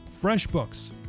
FreshBooks